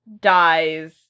dies